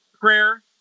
prayer